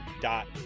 Dot